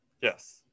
Yes